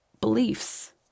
beliefs